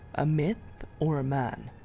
a myth or a man?